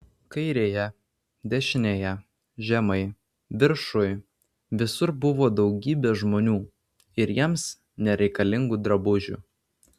kairėje dešinėje žemai viršuj visur buvo daugybė žmonių ir jiems nereikalingų drabužių